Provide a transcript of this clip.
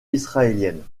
israélienne